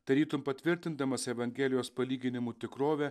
tarytum patvirtindamas evangelijos palyginimų tikrovę